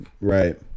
Right